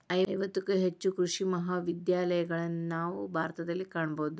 ಐವತ್ತಕ್ಕೂ ಹೆಚ್ಚು ಕೃಷಿ ಮಹಾವಿದ್ಯಾಲಯಗಳನ್ನಾ ನಾವು ಭಾರತದಲ್ಲಿ ಕಾಣಬಹುದು